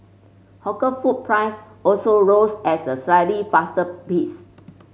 hawker food price also rose as a slightly faster pace